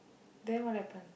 then what happen